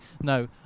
no